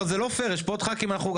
פה, בתוך הכנסת.